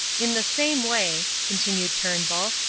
in the same way, continued turnbull,